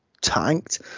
Tanked